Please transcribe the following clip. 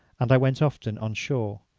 and i went often on shore.